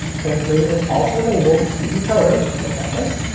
pin three is also labeled to decoder, which i missed,